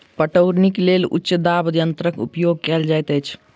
पटौनीक लेल उच्च दाब यंत्रक उपयोग कयल जाइत अछि